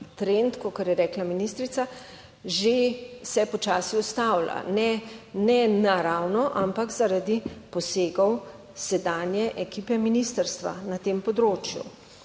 kakor je rekla ministrica že, se počasi ustavlja. Ne naravno, ampak zaradi posegov sedanje ekipe ministrstva na tem področju.